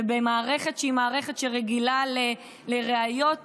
ובמערכת שהיא מערכת שרגילה לראיות